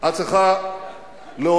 את צריכה להודות,